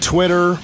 Twitter